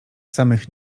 samych